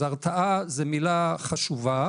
אז הרתעה זו מילה חשובה,